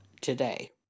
today